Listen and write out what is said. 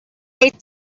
hate